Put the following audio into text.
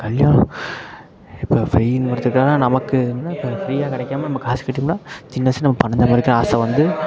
அதிலேயும் இப்போ ஃபெயின் எடுத்துகிட்டம்னா நமக்குனால் இப்போ ஃப்ரீயாக கிடைக்காம நம்ம காசு கட்டியிருந்தா சின்ன வயசில் பணம் சம்பாதிக்க ஆசை வந்து